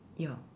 your